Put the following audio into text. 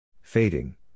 Fading